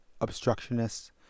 obstructionists